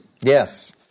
Yes